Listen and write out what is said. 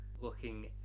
Looking